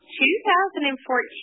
2014